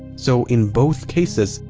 so, in both cases,